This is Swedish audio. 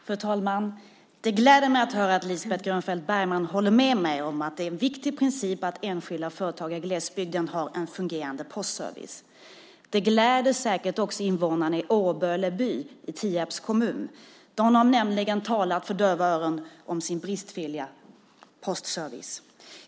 Fru talman! Det gläder mig att höra att Lisbeth Grönfeldt Bergman håller med mig om att det är en viktig princip att enskilda och företag i glesbygden har en fungerande postservice. Det gläder säkert också invånarna i Årböle by i Tierps kommun. De har nämligen talat för döva öron om sin bristfälliga postservice.